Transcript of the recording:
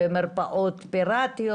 במרפאות פיראטיות?